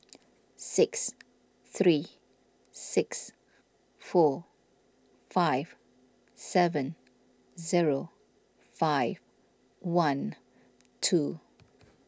six three six four five seven zero five one two